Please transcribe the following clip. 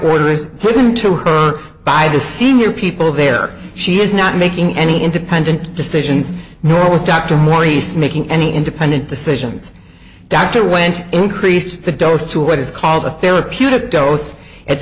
order is given to her by the senior people there she is not making any independent decisions nor was dr maurice making any independent decisions dr went increased the dose to what is called a therapeutic dose at